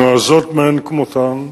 נועזות מאין כמותן,